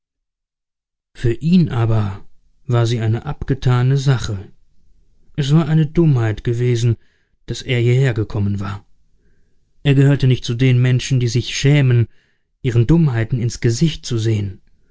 für ihn aber war sie eine abgetane sache es war eine dummheit gewesen daß er hierher gekommen war er gehörte nicht zu den menschen die sich schämen ihren dummheiten ins gesicht zu sehen